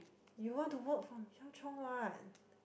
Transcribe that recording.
you want to work for Michelle-Chong [what]